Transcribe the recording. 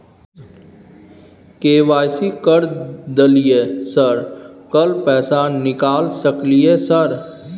KYC कर दलियै sir कल पैसा निकाल सकलियै सर?